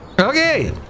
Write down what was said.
Okay